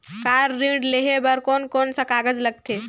Car ऋण लेहे बार कोन कोन सा कागज़ लगथे?